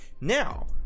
Now